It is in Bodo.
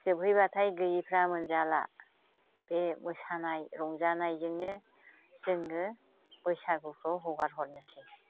जोबहैबाथाय गैयैफ्रा मोनजाला बे मोसानाय रंजानायजोंनो जोङो बैसागुखौ हगारहरनोसै